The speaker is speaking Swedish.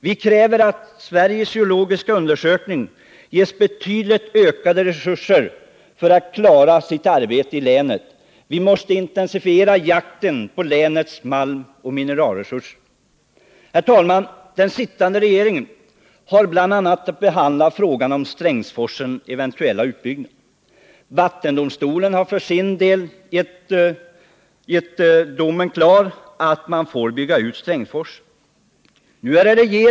Vi kräver att Sveriges geologiska undersökning får betydligt ökade resurser för sitt arbete i länet. Vi måste intensifiera jakten på länets malmoch mineralresurser. Den sittande regeringen har att behandla bl.a. frågan om Strängsforsens eventuella utbyggnad. Vattendomstolen har i sin dom sagt att den sökande får bygga ut Strängsforsen.